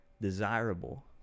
desirable